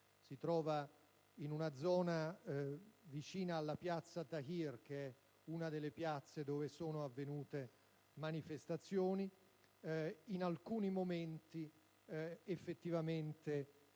si trova vicino a piazza Tahir, una delle piazze ove sono avvenute manifestazioni. In alcuni momenti, effettivamente,